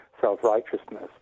self-righteousness